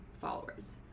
followers